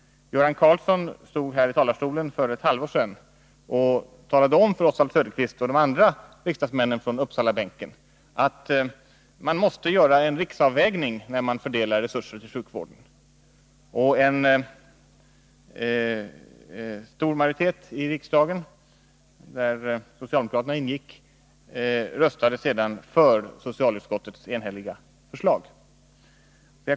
Göran Karlsson stod för ett halvår sedan här i talarstolen och talade om för Oswald Söderqvist och övriga riksdagsmän på Uppsalabänken att en riksavvägning måste göras vid fördelningen av resurser till sjukvården. I riksdagen röstade sedan en stor majoritet, där socialdemokraterna ingick, för socialutskottets enhälliga förslag.